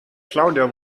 claudia